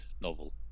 novel